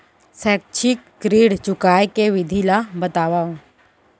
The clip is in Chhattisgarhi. शैक्षिक ऋण चुकाए के विधि ला बतावव